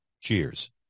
Cheers